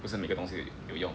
不是每个东西有用